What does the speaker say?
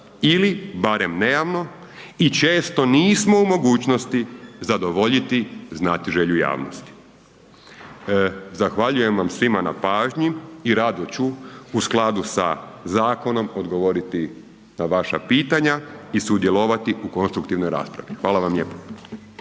ili barem nejavno i često nismo u mogućnosti zadovoljiti znatiželju javnosti. Zahvaljujem vam svima na pažnji i rado ću u skladu sa zakonom odgovoriti na vaša pitanja i sudjelovati u konstruktivnoj raspravi. Hvala vam lijepo.